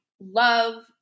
love